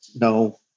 no